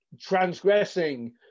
transgressing